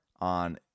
on